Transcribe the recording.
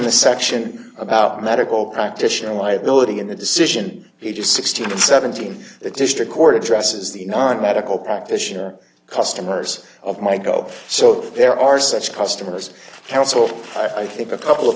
the section about medical practitioner liability in the decision he just sixteen and seventeen the district court addresses the non medical practitioner customers of my go so there are such customers household i think a couple of